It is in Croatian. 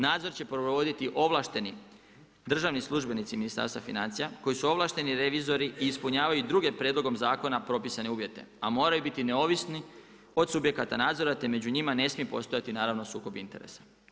Nadzor će provoditi ovlašteni državni službenici Ministarstva financija koji su ovlašteni revizori i ispunjavaju druge prijedlogom zakona propisane uvjete, a moraju biti neovisni od subjekata nadzora, te među njima ne smije postojati naravno sukob interesa.